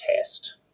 test